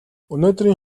өнөөдрийн